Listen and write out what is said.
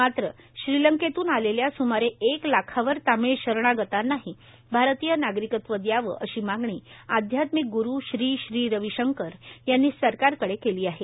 मात्र श्रीलंकेतून आलेल्या सूमारे एक लाखावर तमिळ शरणागतांनाही भारतीय नागरिकत्व द्यावं अशी मागणी आध्यात्मिक ग्रु श्री श्री रविशंकर यांनी सरकारकडे केली आहे